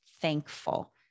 thankful